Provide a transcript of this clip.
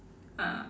uh